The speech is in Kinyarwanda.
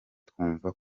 twumva